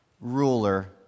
ruler